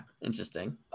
Interesting